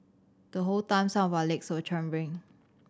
the whole time some of our legs were trembling